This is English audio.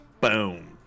Boom